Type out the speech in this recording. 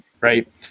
right